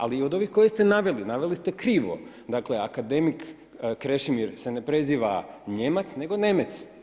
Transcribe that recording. Ali i od ovih koje ste naveli, naveli ste krivo, dakle akademik Krešimir se ne preziva Nijemac, nego Nemec.